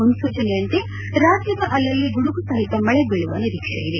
ಮುನ್ಸೂಚನೆಯಂತೆ ರಾಜ್ಯದ ಅಲ್ಲಲ್ಲಿ ಗುಡುಗುಸಹಿತ ಮಳೆ ಬೀಳುವ ನಿರೀಕ್ಷೆ ಇದೆ